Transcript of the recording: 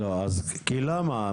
לא, כי למה?